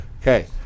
Okay